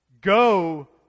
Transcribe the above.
go